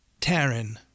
Taryn